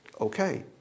Okay